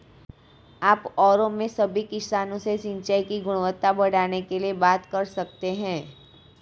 आप और मैं सभी किसानों से सिंचाई की गुणवत्ता बढ़ाने के लिए बात कर सकते हैं